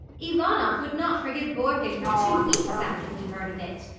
ivanoff would not forgive borkin for two weeks after he heard of it.